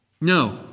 No